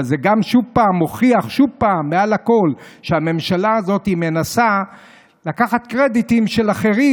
אבל זה גם שוב מוכיח מעל הכול שהממשלה הזאת מנסה לקחת קרדיטים של אחרים.